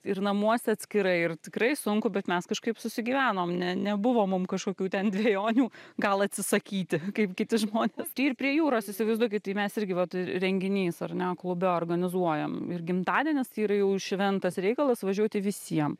ir namuose atskirai ir tikrai sunku bet mes kažkaip susigyvenom ne nebuvo mum kažkokių ten dvejonių gal atsisakyti kaip kiti žmonės tai ir prie jūros įsivaizduokit tai mes irgi vat renginys ar ne klube organizuojam ir gimtadienis tai yra jau šventas reikalas važiuoti visiem